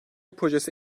projesi